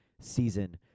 season